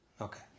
Okay